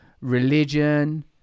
religion